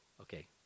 Okay